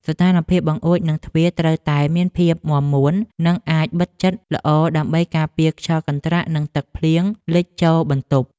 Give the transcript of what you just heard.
ស្ថានភាពបង្អួចនិងទ្វារត្រូវតែមានភាពមាំមួននិងអាចបិទជិតល្អដើម្បីការពារខ្យល់កន្ត្រាក់និងទឹកភ្លៀងលិចចូលបន្ទប់។